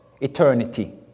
eternity